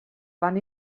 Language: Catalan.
van